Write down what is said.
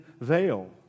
veil